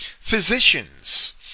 physicians